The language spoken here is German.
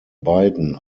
beiden